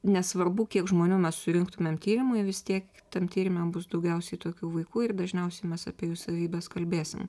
nesvarbu kiek žmonių mes sujungtumėm tyrimui vis tiek tam tyrime bus daugiausiai tokių vaikų ir dažniausiai mes apie jų savybes kalbėsim